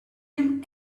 him